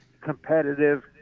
Competitive